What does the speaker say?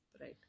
right